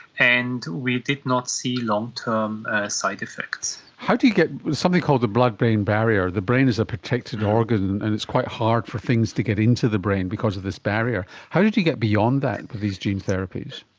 and we did not see long-term side-effects. how do you get, there's something called the blood-brain barrier, the brain is a protected organ and it's quite hard for things to get into the brain because of this barrier, how did you get beyond that with these gene therapies?